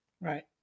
Right